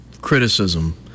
criticism